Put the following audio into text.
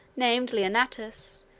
named leonnatus,